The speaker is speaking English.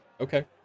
Okay